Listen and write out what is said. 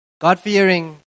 God-fearing